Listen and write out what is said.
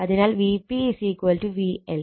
അതിനാൽ Vp VL